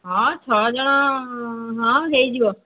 ହଁ ଛଅ ଜଣ ହଁ ହେଇଯିବ